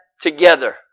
together